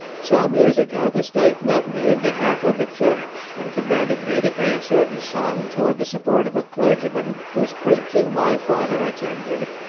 some years ago, the state met me in behalf of the church, and commanded me to pay a certain sum toward the support of a clergyman whose preaching my father attended,